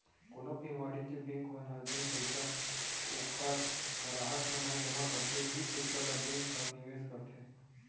कोनो भी वाणिज्य बेंक मन ह जेन पइसा ओखर गराहक मन ह जमा करथे उहीं पइसा ल बेंक ह निवेस करथे